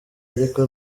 ariko